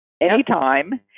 anytime